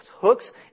hooks